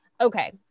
Okay